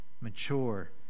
Mature